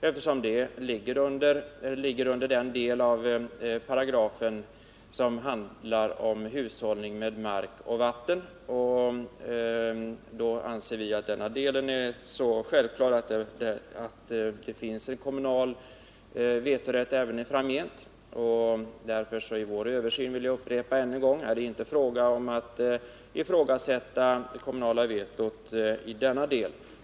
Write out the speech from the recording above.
Uranbrytningen faller ju under den del av paragrafen som handlar om hushållning med mark och vatten, och vi anser att det är självklart att det även framgent skall finnas kommunal vetorätt på det här området. Därför vill jag upprepa att det vid översynen inte handlar om att ifrågasätta det kommunala vetot i denna del.